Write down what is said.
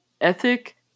ethic